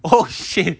oh shit